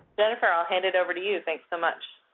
jennifer, i'll hand it over to you. thanks so much.